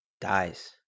dies